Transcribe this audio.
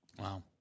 Wow